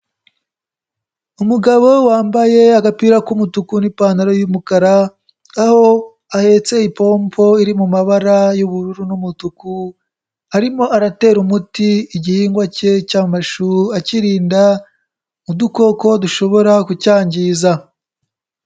Umugabo wambaye agapira k'umutuku n'ipantaro y'umukara, aho ahetse ipompo iri mu mabara y'ubururu n'umutuku arimo aratera umuti igihingwa ke cy'amashu akirinda udukoko dushobora kucyangiza.